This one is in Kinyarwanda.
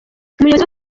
umuyobozi